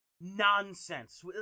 nonsense